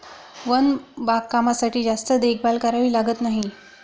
one बागकामासाठी जास्त देखभाल करावी लागत नाही